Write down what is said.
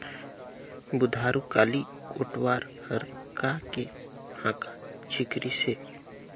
बुधारू काली कोटवार हर का के हाँका चिकरिस हे?